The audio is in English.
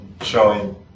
showing